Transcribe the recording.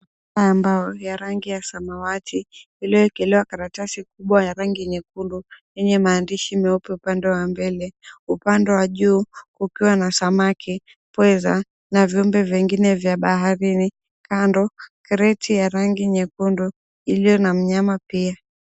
Ya mbao ya rangi ya samawati iliyoekelewa karatasi kubwa ya rangi nyekundu yenye maandishi meupe upande wa mbele upande wa juu kukiwa samaki, pweza na viumbe vingine vya baharini. Kando kreti ya rangi nyekundu iliyo na mnyama pia.